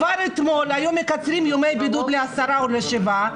כבר אתמול היו מקצרים את ימי הבידוד לעשרה או לשבעה,